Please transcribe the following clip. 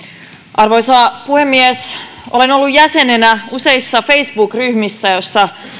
arvoisa puhemies olen ollut jäsenenä useissa facebook ryhmissä joissa